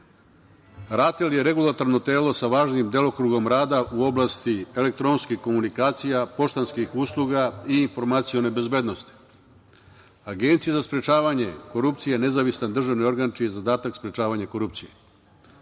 usluge je regulatorno telo sa važnim delokrugom rada u oblasti elektronskih komunikacija, poštanskih usluga i informacione bezbednosti. Agencija za sprečavanje korupcije je nezavistan državni organ čiji je zadatak sprečavanje korupcije. Kako